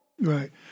Right